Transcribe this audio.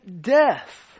death